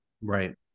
Right